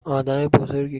آدمبزرگی